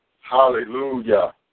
Hallelujah